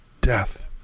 death